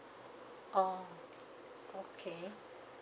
oh okay